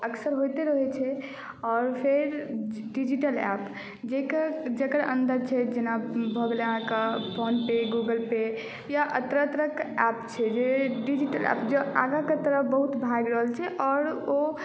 अक्सर होइते रहैत छै आओर फेर डिजिटल एप्प जकर जकर अन्दर छै जेना भऽ गेल अहाँके फोन पे गूगल पे या तरह तरहके एप्प छी डिजिटल एप्प जे आगाँके तरफ बहुत भागि रहल छै आओर ओ